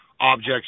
objects